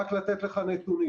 רק לתת לך נתונים